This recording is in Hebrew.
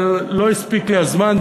אבל לא הספיק לי הזמן,